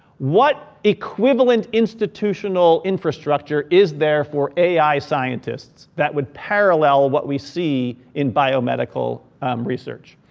what equivalent institutional infrastructure is there for ai scientists that would parallel what we see in biomedical research?